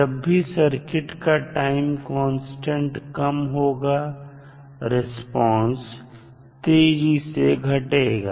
जब भी सर्किट का टाइम कांस्टेंट कम होगा रिस्पांस तेजी से घटेगा